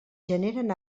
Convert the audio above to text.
generen